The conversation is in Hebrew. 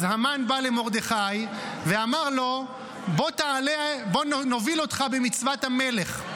אז המן בא למרדכי ואמר לו: בוא נוביל אותך במצוות המלך,